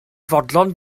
fodlon